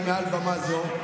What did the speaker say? אני אומר מעל הבמה הזו,